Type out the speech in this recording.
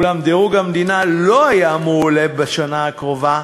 אולם דירוג המדינה לא היה מועלה בשנה הקרובה,